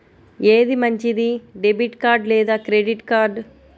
ఏది మంచిది, debit card లేదా క్రెడిట్ కార్డ్?